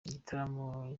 igitaramo